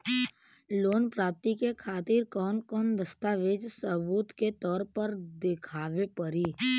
Loan प्राप्ति के खातिर कौन कौन दस्तावेज सबूत के तौर पर देखावे परी?